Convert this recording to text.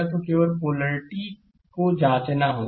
तो केवल पोलैरिटी को जांचना होगा